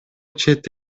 чет